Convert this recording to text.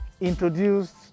introduced